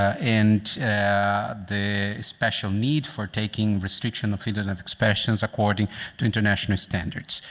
and the special need for taking restriction of freedom of expressions according to international standards.